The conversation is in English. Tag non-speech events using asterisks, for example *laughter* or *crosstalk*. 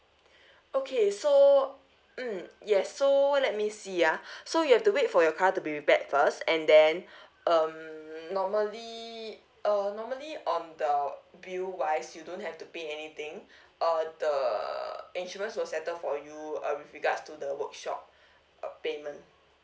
*breath* okay so mm yes so let me see ah *breath* so you have to wait for your car to be repaired first and then *breath* um normally uh normally on the bill wise you don't have to pay anything *breath* uh the insurance will settle for you uh with regards to the workshop *breath* uh payment